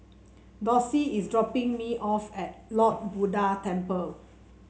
Dorsey is dropping me off at Lord Buddha Temple